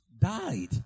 died